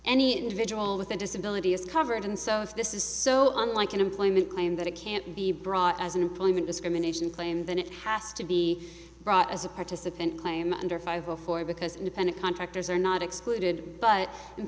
any individual with a disability is covered and so if this is so unlike an employment claim that it can't be brought as an employment discrimination claim then it has to be brought as a participant claim under five before because independent contractors are not excluded but